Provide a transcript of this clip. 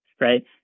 right